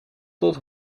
tot